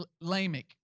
Lamech